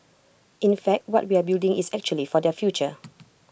in fact what we are building is actually for their future